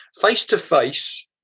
face-to-face